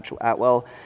Atwell